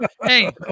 Hey